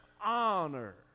honor